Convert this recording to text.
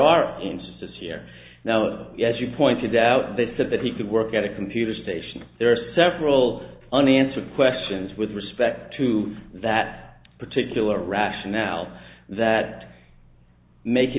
are instances here now as you pointed out that said that he could work at a computer station there are several unanswered questions with respect to that particular rationale that make it